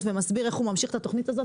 ומסביר איך הוא ממשיך את התוכנית הזאת,